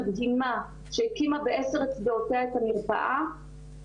מדהימה שהקימה בעשר אצבעותיה את המרפאה